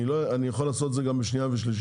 אני יכול לעשות את זה גם בקריאה שנייה ושלישית,